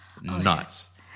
nuts